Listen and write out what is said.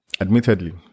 Admittedly